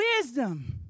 wisdom